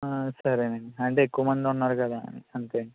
సరే అండి అంటే ఎక్కువ మంది ఉన్నారు కదా అని అంతే